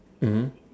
mmhmm